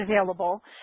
available